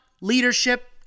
leadership